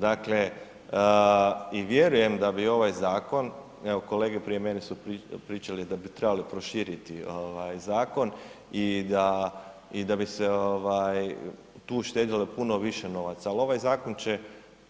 Dakle, i vjerujem da bi ovaj zakon, evo kolege prije mene su pričali da bi trebali proširiti zakon i da, i da bi se tu uštedilo puno više novaca, ali ovaj zakon će,